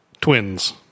Twins